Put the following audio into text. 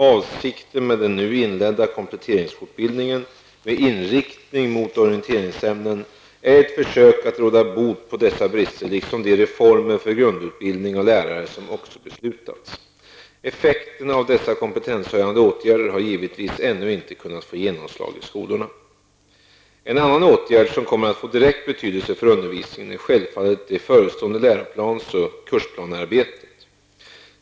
Avsikten med den nu inledda kompletteringsfortbildningen med inriktning mot orienteringsämnen är ett försök att råda bot på dessa brister, liksom de reformer för grundutbildning av lärare som också beslutats. Effekten av dessa kompetenshöjande åtgärder har givetvis ännu inte kunnat få genomslag i skolorna. En annan åtgärd som kommer att få direkt betydelse för undervisningen är självfallet det förestående läroplans och kursplanearbetet.